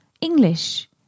English